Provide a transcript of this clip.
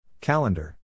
Calendar